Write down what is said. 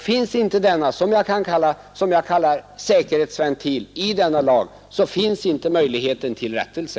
Finns inte denna paragraf i lagen, som jag kallar för säkerhetsventil, så har man heller ingen möjlighet att få rättelse.